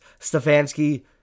Stefanski